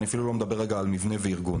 אני אפילו לא מדבר על מבנה וארגון.